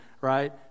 right